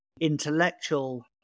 intellectual